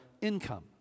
income